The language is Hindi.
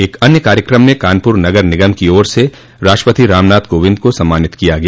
एक अन्य कार्यक्रम में कानपुर नगर निगम की ओर से राष्ट्रपति रामनाथ कोविंद को सम्मानित किया गया